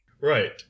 Right